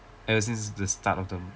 ever since the start of term